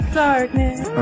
darkness